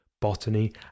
botany